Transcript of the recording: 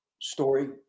story